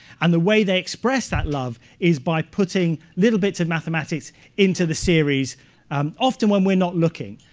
and the way they express that love is by putting little bits of mathematics into the series um often when we're not looking.